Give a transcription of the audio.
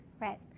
right